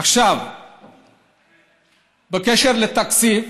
עכשיו בקשר לתקציב.